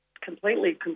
completely